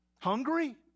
hungry